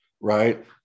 right